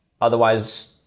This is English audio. Otherwise